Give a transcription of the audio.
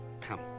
Come